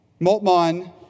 Moltmann